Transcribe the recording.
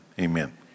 amen